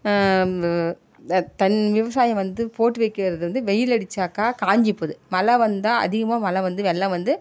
தண்ணிர் விவசாயம் வந்து போட்டு வைக்கிறது வந்து வெயில் அடிச்சாக்கா காய்ஞ்சி போகுது மழை வந்தால் அதிகமாக மழை வந்து வெள்ளம் வந்து